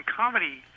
comedy